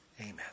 amen